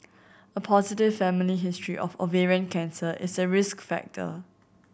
a positive family history of ovarian cancer is a risk factor